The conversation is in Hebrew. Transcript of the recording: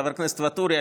חבר הכנסת ואטורי,